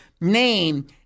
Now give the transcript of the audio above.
name